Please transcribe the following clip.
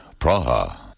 Praha